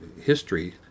history